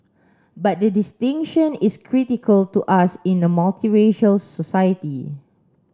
but the distinction is critical to us in a multiracial society